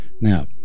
Now